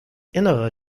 innere